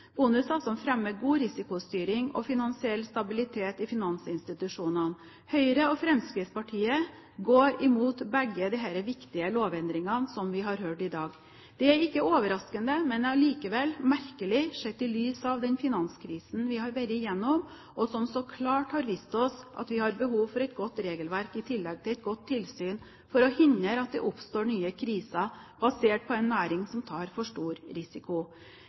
som fremmer god risikostyring og finansiell stabilitet i finansinstitusjonene. Høyre og Fremskrittspartiet går imot begge disse viktige lovendringene, som vi har hørt i dag. Det er ikke overraskende, men allikevel merkelig sett i lys av den finanskrisen vi har vært igjennom, og som så klart har vist oss at vi har behov for et godt regelverk i tillegg til et godt tilsyn for å hindre at det oppstår nye kriser basert på en næring som tar for stor risiko